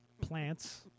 plants